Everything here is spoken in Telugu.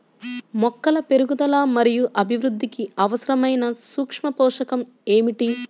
మొక్కల పెరుగుదల మరియు అభివృద్ధికి అవసరమైన సూక్ష్మ పోషకం ఏమిటి?